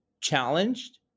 challenged